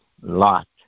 Lot